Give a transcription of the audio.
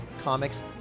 comics